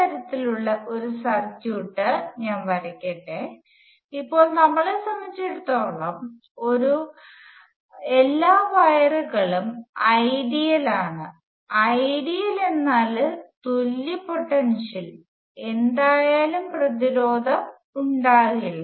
ഈ തരത്തിലുള്ള ഒരു സർക്യൂട്ട് ഞാൻ വരയ്ക്കട്ടെ ഇപ്പോൾ നമ്മളെ സംബന്ധിച്ചിടത്തോളം നമ്മുടെ എല്ലാ വയറുകളും ഐഡിയൽ ആണ് ഐഡിയൽ എന്നാൽ തുല്യ പൊട്ടൻഷ്യൽ എന്തായാലും പ്രതിരോധം ഉണ്ടാകില്ല